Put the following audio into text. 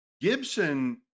Gibson